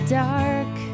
dark